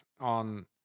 on